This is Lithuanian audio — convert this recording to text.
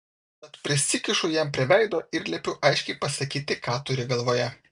tad prisikišu jam prie veido ir liepiu aiškiai pasakyti ką turi galvoje